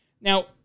Now